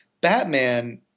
Batman